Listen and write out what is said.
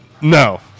No